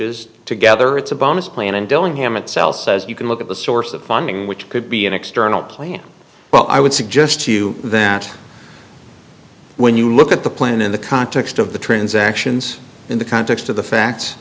is together it's a bonus plan and dillingham itself says you can look at the source of funding which could be an external plan but i would suggest to you that when you look at the plan in the context of the transactions in the context of the fact